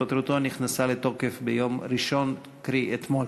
והתפטרותו נכנסה לתוקף ביום ראשון, קרי אתמול.